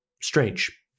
Strange